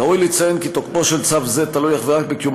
ראוי לציין כי תוקפו של צו זה תלוי אך ורק בקיום